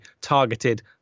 targeted